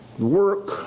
work